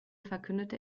verkündete